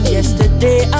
Yesterday